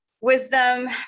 wisdom